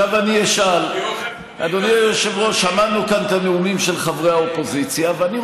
תשאל למה שר האוצר לא הגיע, כי הוא